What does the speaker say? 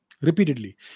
repeatedly